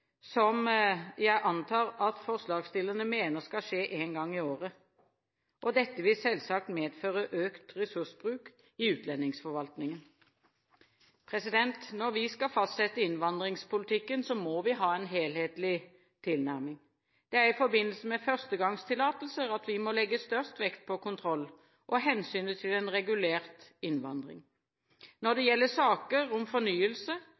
som jeg antar forslagsstillerne mener skal skje én gang i året. Dette vil selvsagt medføre økt ressursbruk i utlendingsforvaltningen. Når vi skal fastsette innvandringspolitikken, må vi ha en helhetlig tilnærming. Det er i forbindelse med førstegangstillatelser at vi må legge størst vekt på kontroll og hensynet til en regulert innvandring. Når det gjelder saker om fornyelse